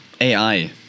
AI